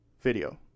Video